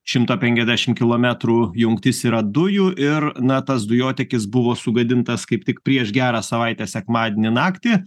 šimto penkiasdešim kilometrų jungtis yra dujų ir na tas dujotiekis buvo sugadintas kaip tik prieš gerą savaitę sekmadienį naktį